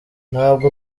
ntabwo